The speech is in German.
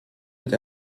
wird